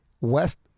West